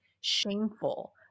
shameful